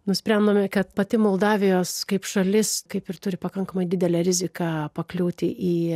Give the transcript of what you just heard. nusprendėme kad pati moldavijos kaip šalis kaip ir turi pakankamai didelę riziką pakliūti į